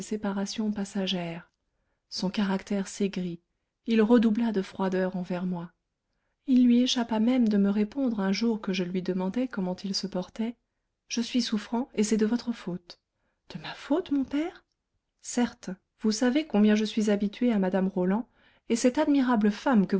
séparation passagère son caractère s'aigrit il redoubla de froideur envers moi il lui échappa même de me répondre un jour que je lui demandais comment il se portait je suis souffrant et c'est de votre faute de ma faute mon père certes vous savez combien je suis habitué à mme roland et cette admirable femme